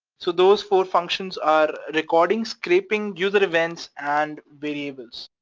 so those four functions are recordings, scraping, user events and variables,